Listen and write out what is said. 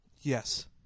Yes